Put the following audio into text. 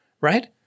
Right